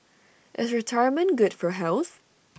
is retirement good for health